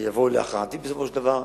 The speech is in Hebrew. שיובא להכרעתי בסופו של דבר.